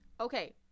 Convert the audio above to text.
Okay